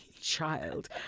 child